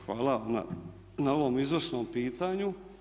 Hvala na ovom izvrsnom pitanju.